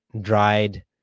dried